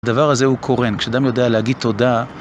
הדבר הזה הוא קורן. כשאדם יודע להגיד תודה...